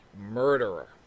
murderer